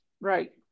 right